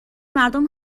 مردم